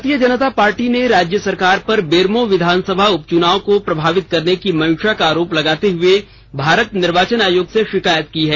भारतीय जनता पार्टी ने राज्य सरकार पर बेरमो विधानसभा उपच्नाव को प्रभावित करने की मंशा का आरोप लगाते हुए भारत निर्वाचन आयोग से षिकायत की है